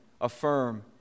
affirm